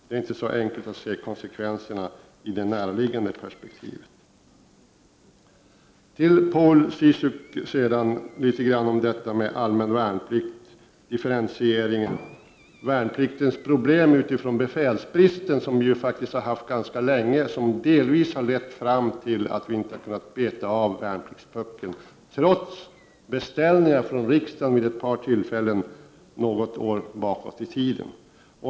Det är inte lätt att se konsekvenserna i det näraliggande perspektivet. Sedan till Paul Ciszuk litet grand om detta med allmän värnplikt och diffe — Prot. 1989/90:46 rentiering av utbildningstiden. Befälsbristen har vi faktiskt haft ganska 14 december 1989 länge, och den har delvis lett till att vi inte kunnat beta av värnpliktspuckeln,, ZZ ——— trots beställningar från riksdagen vid ett par tillfällen något år bakåt i tiden.